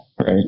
Right